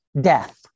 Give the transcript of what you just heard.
death